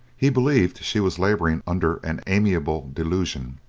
he believed she was labouring under an amiable delusion.